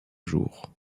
jour